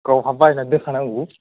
गावहा बायना दोनखानांगौ